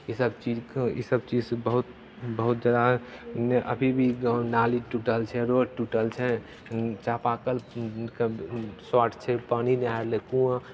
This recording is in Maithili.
इसभ चीजके इसभ चीजसँ बहुत बहुत जादा अभी भी गाँव नाली टूटल छै रोड टूटल छै चापाकलके शॉर्ट छै पानि नहि आबि रहलै कुआँ